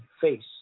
face